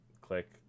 Click